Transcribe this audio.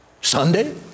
Sunday